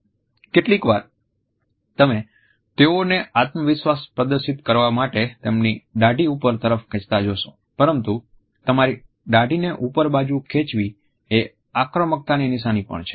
કેટલીકવાર તમે તેઓને આત્મવિશ્વાસ પ્રદર્શિત કરવા માટે તેમની દાઢી ઉપર તરફ ખેંચતા જોશો પરંતુ તમારી દાઢીને ઉપર બાજુ ખેંચાવી એ આક્રમકતાની નિશાની પણ છે